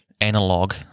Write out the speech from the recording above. analog